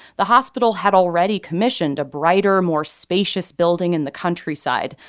the hospital had already commissioned a brighter, more spacious building in the countryside,